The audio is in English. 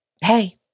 hey